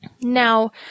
Now